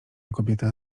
kobieta